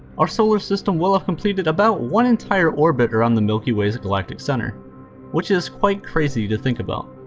our solar system will have completed about one entire orbit around the milky way's galactic center which is quite crazy to think about.